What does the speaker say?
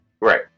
Right